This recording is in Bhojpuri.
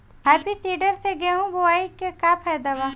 हैप्पी सीडर से गेहूं बोआई के का फायदा बा?